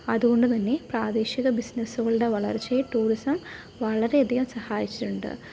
അതുകൊണ്ടു തന്നെ പ്രാദേശിക ബിസിനസ്സുകളുടെ വളർച്ചയെ ടൂറിസം വളരെ അധികം സഹായിച്ചിട്ടുണ്ട്